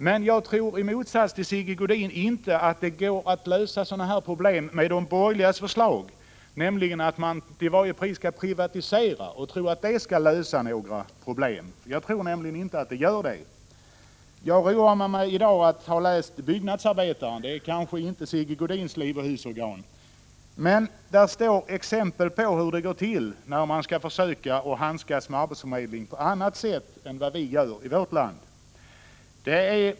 Men jag tror, i motsats till Sigge Godin, inte att det går att lösa sådana här problem med de borgerligas förslag, nämligen att man till varje pris skall privatisera. Jag tror inte att det löser några problem. Jag roade mig i dag med att läsa Byggnadsarbetaren — det är kanske inte Sigge Godins livoch husorgan. Där finns exempel på hur det går till när man försöker handskas med arbetsförmedling på annat sätt än vi gör i vårt land.